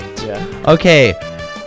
Okay